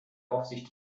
aufsicht